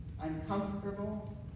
uncomfortable